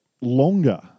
longer